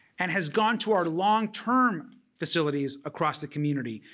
and has gone to our long-term facilities across the community.